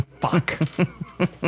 Fuck